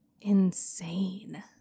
insane